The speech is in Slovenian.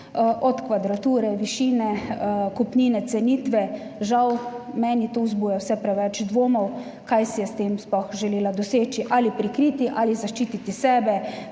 od kvadrature, višine kupnine, cenitve. Žal meni to vzbuja vse preveč dvomov, kaj si je s tem sploh želela doseči - ali prikriti ali zaščititi sebe